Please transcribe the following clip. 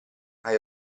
hai